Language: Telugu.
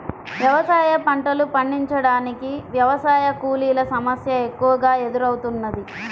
వ్యవసాయ పంటలు పండించటానికి వ్యవసాయ కూలీల సమస్య ఎక్కువగా ఎదురౌతున్నది